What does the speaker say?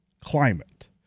climate